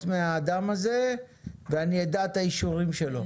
מהאדם הזה ואני אדע את האישורים שלו,